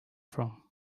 from